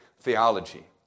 Theology